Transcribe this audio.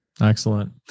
Excellent